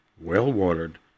well-watered